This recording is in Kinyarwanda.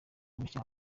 mushya